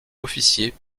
officier